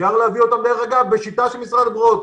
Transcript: אפשר להביא אותם בשיטה של משרד הבריאות,